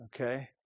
Okay